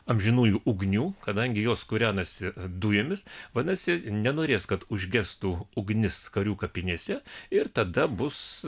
amžinųjų ugnių kadangi jos kūrenasi dujomis vadinasi nenorės kad užgestų ugnis karių kapinėse ir tada bus